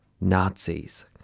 Nazis